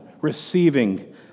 receiving